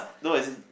no as in